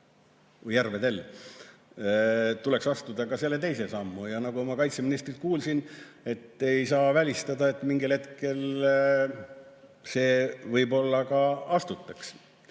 või järvedel. Tuleks astuda ka teine samm. Nagu ma kaitseministrilt kuulsin, ei saa välistada, et mingil hetkel see samm võib‑olla ka astutakse.